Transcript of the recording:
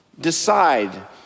decide